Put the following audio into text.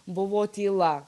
buvo tyla